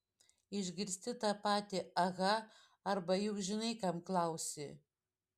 išgirsti tą patį aha arba juk žinai kam klausi